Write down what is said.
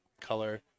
color